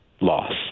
loss